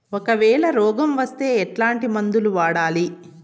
ఒకవేల రోగం వస్తే ఎట్లాంటి మందులు వాడాలి?